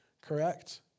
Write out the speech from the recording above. correct